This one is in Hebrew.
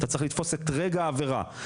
אתה צריך לתפוס את רגע העבירה.